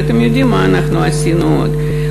ואתם יודעים מה אנחנו עשינו עוד,